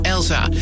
Elsa